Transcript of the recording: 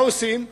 מה עושים?